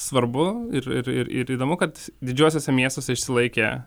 svarbu ir ir ir ir įdomu kad didžiuosiuose miestuose išsilaikė